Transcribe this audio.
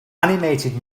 animated